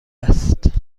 است